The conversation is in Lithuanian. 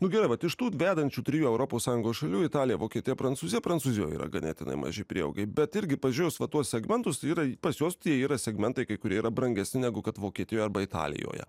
nu gerai vat iš tų vedančių trijų europos sąjungos šalių italija vokietija prancūzija prancūzijoj yra ganėtinai maži prieaugiai bet irgi pažiūrėjus va tuos segmentus yra pas juos tai yra segmentai kai kurie yra brangesni negu kad vokietijoj arba italijoje